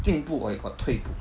进步 or you got 退步